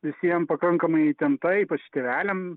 visiem pakankamai įtempta ypač tėveliam